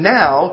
now